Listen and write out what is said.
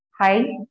Hi